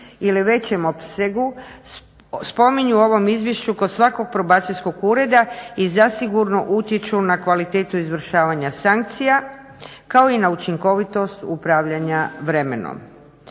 ili većem opsegu spominju u ovom izvješću kod svakog probacijskog ureda i zasigurno utječu na kvalitetu izvršavanja sankcija kao i na učinkovitost upravljanja vremenom.